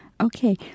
Okay